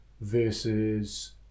versus